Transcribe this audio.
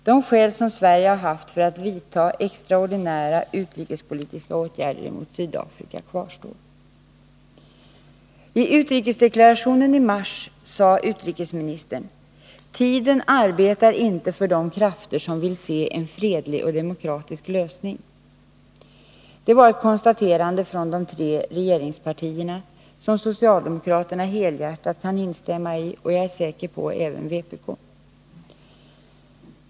De skäl som Sverige haft för att vidta extraordinära utrikespolitiska åtgärder mot Sydafrika kvarstår. I utrikesdeklarationen i mars sade utrikesministern: ”——— tiden arbetar inte för de krafter som vill se en fredlig och demokratisk lösning.” Det var ett konstaterande från de tre regeringspartierna som socialdemokraterna helhjärtat kan instämma i och — är jag säker på — även vpk.